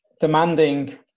demanding